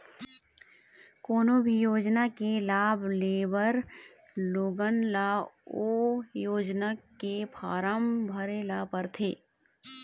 कोनो भी योजना के लाभ लेबर लोगन ल ओ योजना के फारम भरे ल परथे